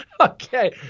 okay